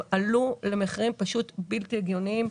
עלו למחירים פשוט בלתי הגיוניים.